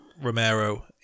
Romero